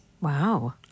Wow